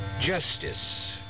Justice